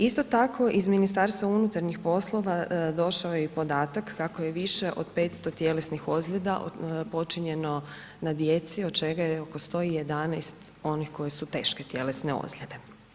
Isto tako iz Ministarstva unutarnjih poslova došao je i podatak kako je više od 500 tjelesnih ozljeda počinjeno na djeci od čega je oko 111 onih koji su teške tjelesne ozljede.